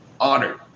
honored